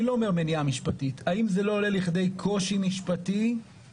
אני לא אומר מניעה משפטית האם זה לא עולה לכדי קושי משפטי מסוים?